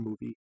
movie